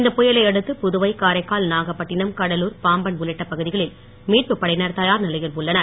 இந்த புயலை அடுத்து புதுவை காரைக்கால் நாகப்பட்டினம் கடலூர் பாம்பன் உள்ளிட்ட பகுதிகளில் மீட்பு படையினர் தயார் நிலையில் உள்ளனர்